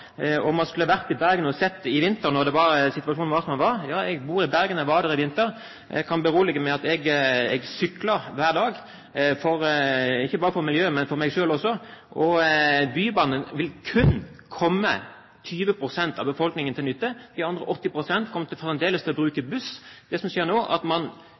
og man skulle ha vært i Bergen og sett i vinter da situasjonen var som den var. Jeg bor i Bergen, og jeg var der i vinter. Jeg kan berolige med at jeg syklet hver dag – ikke bare for miljøet, men for meg selv også. Bybanen vil kun komme 20 pst. av befolkningen til nytte. De andre 80 pst. kommer fremdeles til å bruke buss. Det som skjer nå, er at man